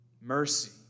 Mercy